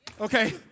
Okay